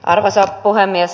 arvoisa puhemies